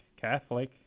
Catholic